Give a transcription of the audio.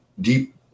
deep